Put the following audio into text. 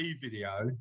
video